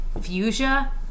fuchsia